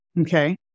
Okay